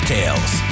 Tales